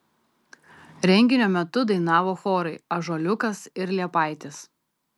renginio metu dainavo chorai ąžuoliukas ir liepaitės